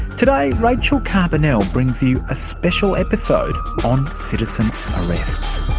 today rachel carbonell brings you a special episode on citizen arrests.